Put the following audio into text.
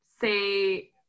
say